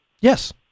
yes